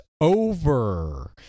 over